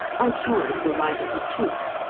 i try to arrive at the truth,